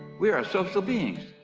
we are social beings.